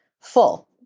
full